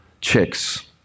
chicks